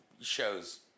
shows